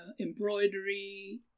embroidery